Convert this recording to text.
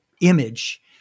image